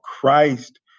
Christ